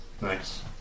Nice